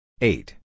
Eight